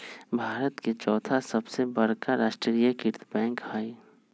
भारत के चौथा सबसे बड़का राष्ट्रीय कृत बैंक हइ